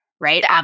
right